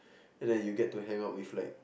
and then you get to hang out with like